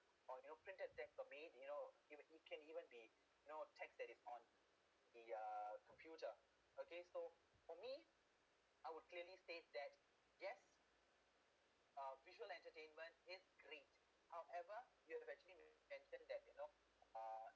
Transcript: for new printed decimate you know you would you can even be no text that is on the uh computer okay so for me I would clearly state that just a visual entertainment is great however you have actually mentioned that you know uh